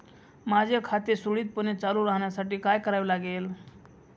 माझे खाते सुरळीतपणे चालू राहण्यासाठी काय करावे लागेल?